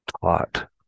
taught